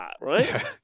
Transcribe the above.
right